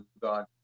God